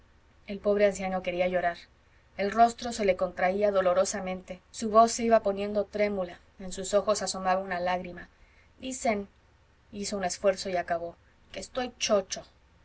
el pobre anciano quería llorar el rostro se le contraía dolorosamente su voz se iba poniendo trémula en sus ojos asomaba una lágrima dicen hizo un esfuerzo y acabó qué estoy chocho